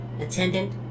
Attendant